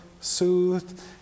soothed